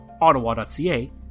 ottawa.ca